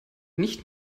nicht